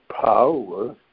power